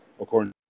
according